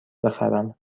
بخرم